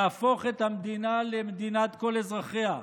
להפוך את המדינה למדינת כל אזרחיה.